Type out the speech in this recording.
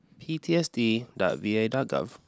PTSD.va.gov